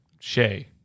Shay